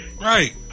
Right